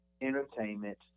entertainment